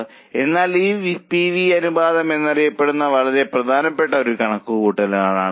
അതിനാൽ ഇത് പിവി അനുപാതം എന്നറിയപ്പെടുന്ന വളരെ പ്രധാനപ്പെട്ട ഒരു കണക്കുകൂട്ടലാണ്